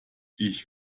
ich